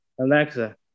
Alexa